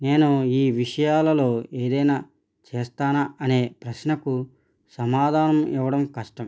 నేను ఈ విషయాలలో ఏదైనా చేస్తానా అనే ప్రశ్నకు సమాధానం ఇవ్వడం కష్టం